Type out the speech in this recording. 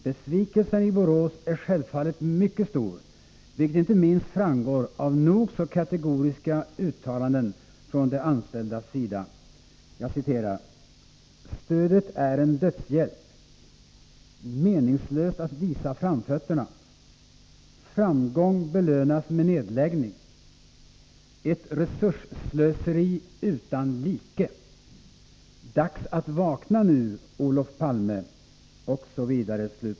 Besvikelsen i Borås är självfallet mycket stor, vilket inte minst framgår av nog så kategoriska uttalanden från de anställdas sida: ”Stödet är en dödshjälp.” ”Meningslöst att visa framfötterna.” ”Framgång belönas med nedläggning.” ”Ett resursslöseri utan like.” ”Dags att vakna nu, Olof Palme.” Osv.